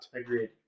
Agreed